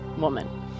woman